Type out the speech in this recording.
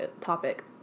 topic